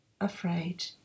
afraid